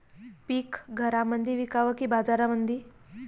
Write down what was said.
पीक घरामंदी विकावं की बाजारामंदी?